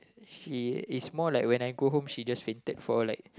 she is more like when I go home she just fainted for like